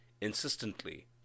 insistently